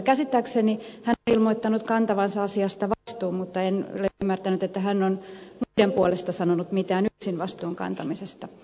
käsittääkseni hän on ilmoittanut kantavansa asiasta vastuun mutta en ole ymmärtänyt niin että hän olisi muiden puolesta sanonut mitään yksin vastuun kantamisesta